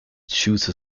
chose